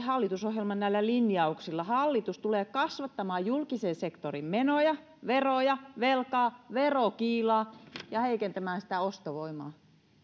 hallitusohjelman linjauksilla hallitus tulee kasvattamaan julkisen sektorin menoja veroja velkaa verokiilaa ja heikentämään ostovoimaa